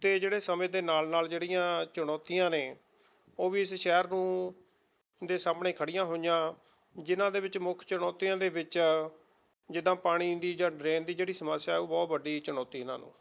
ਅਤੇ ਜਿਹੜੇ ਸਮੇਂ ਦੇ ਨਾਲ ਨਾਲ ਜਿਹੜੀਆਂ ਚੁਣੌਤੀਆਂ ਨੇ ਉਹ ਵੀ ਇਸ ਸ਼ਹਿਰ ਨੂੰ ਦੇ ਸਾਹਮਣੇ ਖੜ੍ਹੀਆਂ ਹੋਈਆਂ ਜਿਨ੍ਹਾਂ ਦੇ ਵਿੱਚ ਮੁੱਖ ਚੁਣੌਤੀਆਂ ਦੇ ਵਿੱਚ ਜਿੱਦਾਂ ਪਾਣੀ ਦੀ ਜਾਂ ਡਰੇਨ ਦੀ ਜਿਹੜੀ ਸਮੱਸਿਆ ਉਹ ਬਹੁਤ ਵੱਡੀ ਚੁਣੌਤੀ ਇਹਨਾਂ ਨੂੰ